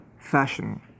fashion